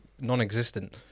non-existent